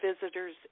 visitors